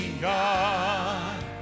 God